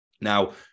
Now